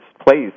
place